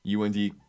UND